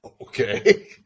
Okay